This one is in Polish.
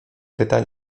pytań